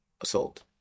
assault